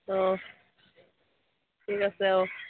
অঁ ঠিক আছে অঁ